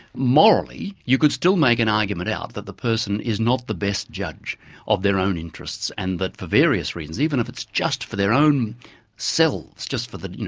morally you could still make an argument out that the person is not the best judge of their own interests and that for various reasons, even if it's just for their own selves, just for the,